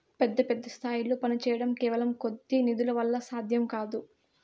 పెద్ద పెద్ద స్థాయిల్లో పనిచేయడం కేవలం కొద్ది నిధుల వల్ల సాధ్యం కాదు